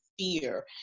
fear